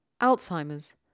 Alzheimer's